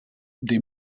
des